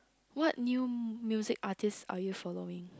what new music artist are you following